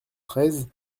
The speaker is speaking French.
treize